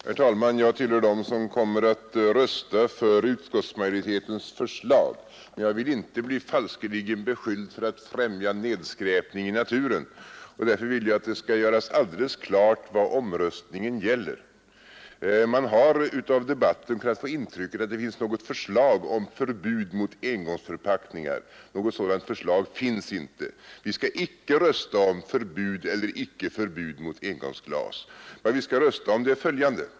Herr talman! Jag tillhör dem som kommer att rösta för utskottsmajoritetens förslag, men jag vill inte bli falskeligen beskylld för att främja nedskräpningen i naturen. Därför vill jag att det skall göras alldeles klart vad omröstningen gäller. Man har av debatten kunnat få intrycket att det finns något förslag om förbud mot engångsförpackningar. Något sådant förslag finns inte. Vi skall icke rösta om förbud eller icke förbud mot engångsglas. Vad vi skall rösta om är följande.